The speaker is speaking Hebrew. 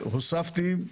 שהוספתי,